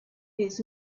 his